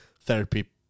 therapy